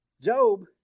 Job